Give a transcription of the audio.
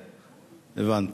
הבנתי.